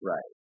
Right